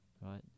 right